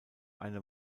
eine